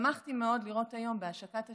שמחתי מאוד לראות היום, בהשקת השדולה,